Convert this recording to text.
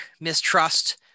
mistrust